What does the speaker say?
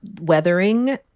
weathering